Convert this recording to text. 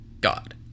God